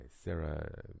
Sarah